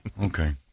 Okay